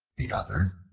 the other,